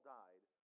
died